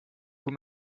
kui